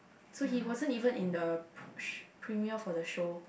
so he wasn't even in the pr~ premier for the show